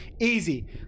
easy